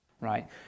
Right